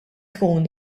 tkun